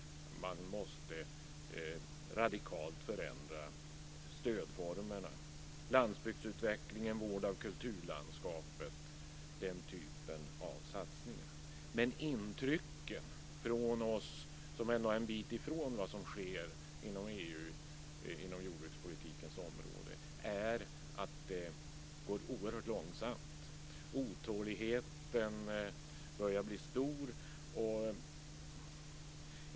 Man måste radikalt förändra stödformerna. Landsbygdsutvecklingen, vård av kulturlandskapet är den typ av satsningar som behövs. Men intrycken från oss som ändå är en bit ifrån vad som sker i EU inom jordbrukspolitikens område är att det går oerhört långsamt. Otåligheten börjar bli stor.